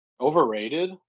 Overrated